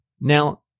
now